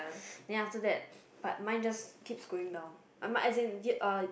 then after that but mine just keeps going down mine as in er